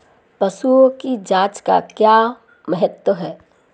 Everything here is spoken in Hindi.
पशुओं की जांच का क्या महत्व है?